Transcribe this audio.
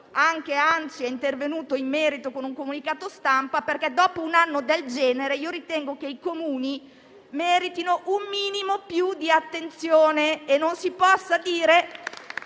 Anche l'ANCI è intervenuta in merito con un comunicato stampa, perché, dopo un anno del genere, ritengo che i Comuni meritino un minimo di attenzione in più e non si possa dire